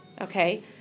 Okay